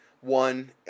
one